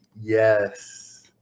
Yes